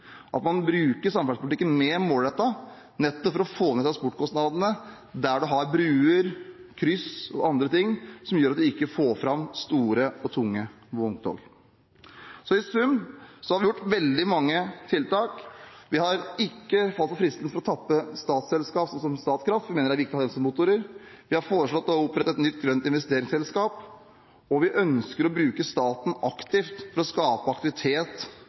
at man bruker samferdselspolitikken mer målrettet nettopp for å få ned transportkostnadene der man har broer, kryss og annet som gjør at man ikke får fram store og tunge vogntog. I sum har vi utført veldig mange tiltak. Vi har ikke falt for fristelsen for å tappe statsselskap som Statkraft, vi mener det er viktig å ha dem som motorer. Vi har foreslått å opprette et nytt grønt investeringsselskap, og vi ønsker å bruke staten aktivt for å skape aktivitet